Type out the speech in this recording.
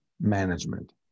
management